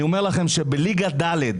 אני אומר לכם שבליגה ד',